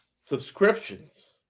subscriptions